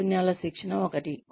నైపుణ్యాల శిక్షణ ఒకటి